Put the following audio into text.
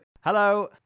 Hello